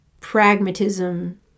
pragmatism